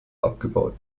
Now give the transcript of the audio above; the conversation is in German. abgebaut